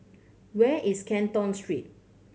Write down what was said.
where is Canton Street